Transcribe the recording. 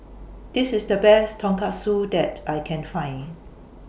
This IS The Best Tonkatsu that I Can Find